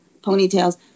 ponytails